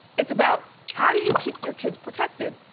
it's about how do you keep your kids protected,